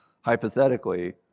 Hypothetically